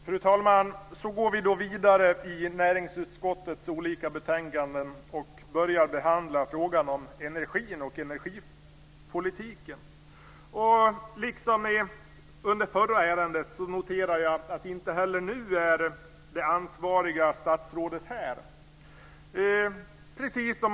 Fru talman! Så går vi då vidare i näringsutskottets olika betänkanden och börjar behandla frågan om energin och energipolitiken. Liksom under det förra ärendet noterar jag att inte heller nu är det ansvariga statsrådet här.